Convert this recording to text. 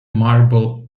marble